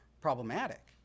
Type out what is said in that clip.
problematic